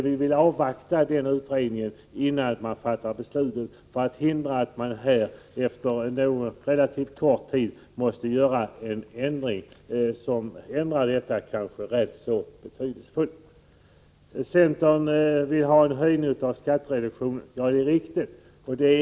Vi vill avvakta den utredningen innan beslut fattas, för att hindra att man efter relativt kort tid måste göra en ändring som kanske blir rätt betydelsefull. Centerpartiet vill ha en höjning av skattereduktionen — ja, det är riktigt.